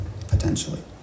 potentially